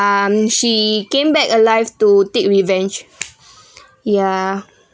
um she came back alive to take revenge ya